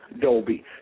Dolby